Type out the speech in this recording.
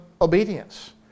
obedience